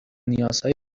نیازهای